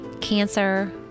cancer